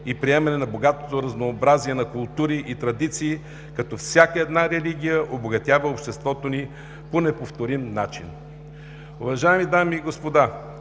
и приемане на богатото разнообразие на култури и традиции, като всяка една религия обогатява обществото ни по неповторим начин. Уважаеми дами и господа,